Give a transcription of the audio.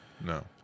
no